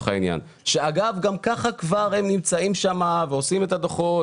אגב, גם ככה הם נמצאים ועושים את הדוחות